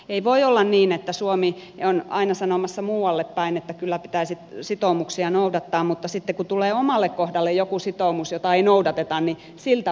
ei voi olla niin että suomi on aina sanomassa muualle päin että kyllä pitäisi sitoumuksia noudattaa mutta sitten kun tulee omalle kohdalle joku sitoumus jota ei noudateta niin siltä ummistetaan silmät